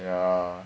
ya